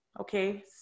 Okay